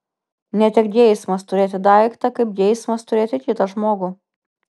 ne tiek geismas turėti daiktą kaip geismas turėti kitą žmogų